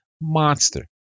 monster